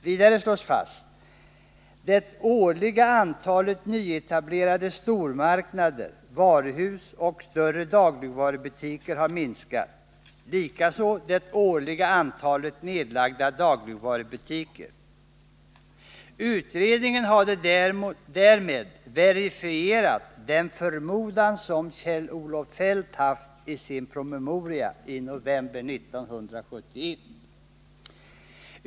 Vidare slås fast att ”det årliga antalet nyetablerade stormarknader, varuhus och större dagligvarubutiker har minskat. likaså det årliga antalet nedlagda dagligvarubutiker”. Utredningen hade därmed verifierat den förmodan som Kjell-Olof Feldt haft i sin promemoria i november 1971.